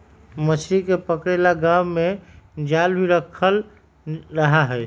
मछली के पकड़े ला गांव में जाल भी रखल रहा हई